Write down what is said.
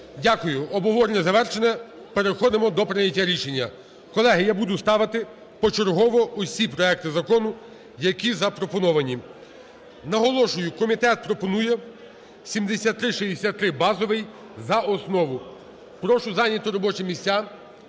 Дякую. Обговорення завершене. Переходимо до прийняття рішення. Колеги, я буду ставити почергово усі проекти закону, які запропоновані. Наголошую: комітет пропонує 7363 (базовий) за основу. Прошу зайняти робочі місця.